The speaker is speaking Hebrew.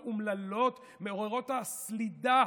האומללות ומעוררות הסלידה